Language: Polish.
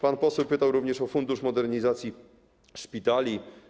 Pan poseł pytał również o fundusz modernizacji szpitali.